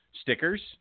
stickers